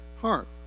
heart